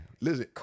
listen